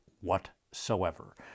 whatsoever